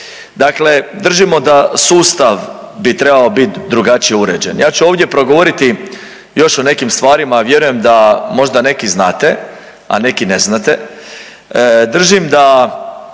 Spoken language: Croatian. Dakle, držimo da sustav bi trebao biti drugačije uređen. Ja ću ovdje progovoriti još o nekim stvarima, a vjerujem da možda neki znate, a neki ne znate. Držim da